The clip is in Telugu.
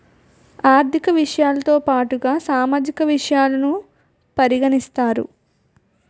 ఆర్థిక విషయాలతో పాటుగా సామాజిక విషయాలను పరిగణిస్తారు